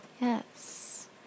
Yes